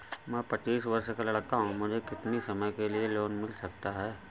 मैं पच्चीस वर्ष का लड़का हूँ मुझे कितनी समय के लिए लोन मिल सकता है?